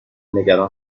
نگران